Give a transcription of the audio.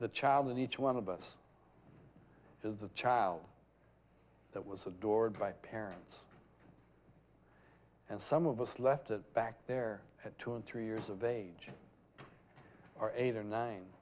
the child that each one of us is the child that was adored by parents and some of us left it back there at two and three years of age or eight or nine